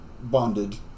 bonded